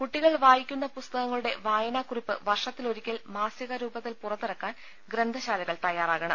കുട്ടികൾ വായിക്കുന്ന പുസ്തകങ്ങളുടെ വായനാകുറിപ്പ് വർഷത്തി ലൊരിക്കൽ മാസികാ രൂപത്തിൽ പുറത്തിറക്കാൻ ഗ്രന്ഥശാ ലകൾ തയ്യാറാകണം